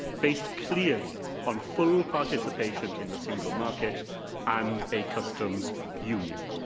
based clearly on full participation in the single market and a customs union.